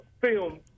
film